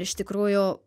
iš tikrųjų